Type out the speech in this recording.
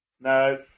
no